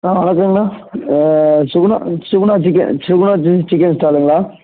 அண்ணா வணக்கங்கண்ணா Suguna Suguna chicken Suguna chicken chicken ஸ்டாலுங்களா